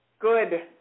Good